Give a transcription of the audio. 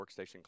workstation